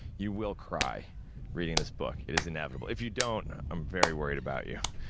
you will cry reading this book, it is inevitable. if you don't, i'm very worried about you.